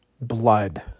blood